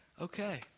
Okay